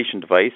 device